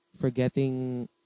forgetting